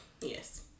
Yes